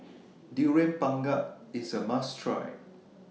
Durian Pengat IS A must Try